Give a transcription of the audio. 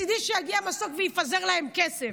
מצידי שיגיע מסוק ויפזר להם כסף.